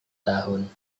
tahun